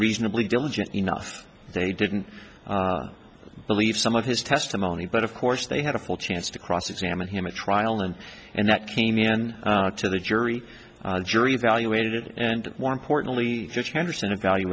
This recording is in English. reasonably diligent enough they didn't believe some of his testimony but of course they had a full chance to cross examine him at trial and and that came in to the jury jury evaluated and more importantly